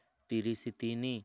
ତିରିଶ ତିନି